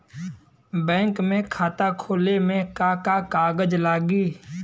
Bank में खाता खोले मे का का कागज लागी?